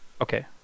Okay